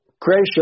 gracious